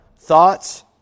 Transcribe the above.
thoughts